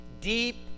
deep